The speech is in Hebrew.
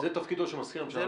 זה תפקידו של מזכיר הממשלה לדרוש.